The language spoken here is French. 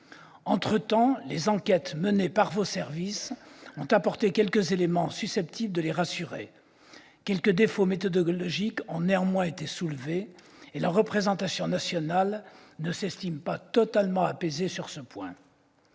Entre-temps, les enquêtes menées par vos services ont apporté quelques éléments susceptibles de les rassurer ; quelques défauts méthodologiques ont néanmoins été soulevés et la représentation nationale ne s'estime pas totalement apaisée sur ce point.